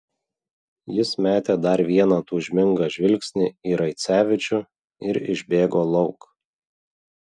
jis metė dar vieną tūžmingą žvilgsnį į raicevičių ir išbėgo lauk